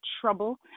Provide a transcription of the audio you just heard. trouble